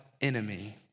enemy